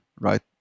right